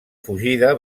fugida